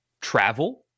travel